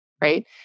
right